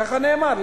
ככה נאמר.